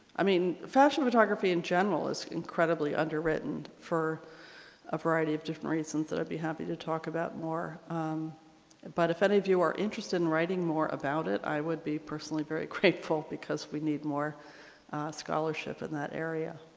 i mean fashion photography in general is incredibly underwritten for a variety of different reasons that i'd be happy to talk about more but if any of you are interested in writing more about it i would be personally very grateful because we need more scholarship in that area.